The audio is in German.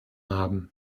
haben